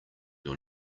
your